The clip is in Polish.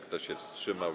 Kto się wstrzymał?